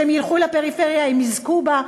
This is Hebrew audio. שאם ילכו לפריפריה הם יזכו בו,